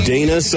Dana